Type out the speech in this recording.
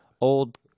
old